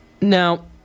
Now